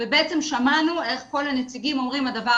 אז אנחנו בטח לא נסכים שזה מה שיקרה.